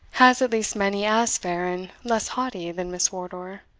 has at least many as fair, and less haughty than miss wardour.